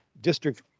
district